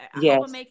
Yes